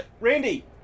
Randy